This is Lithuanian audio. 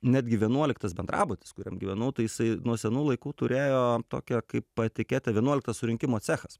netgi vienuoliktas bendrabutis kuriam gyvenau tai jisai nuo senų laikų turėjo tokią kaip etiketę vienuoliktas surinkimo cechas